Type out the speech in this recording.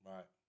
Right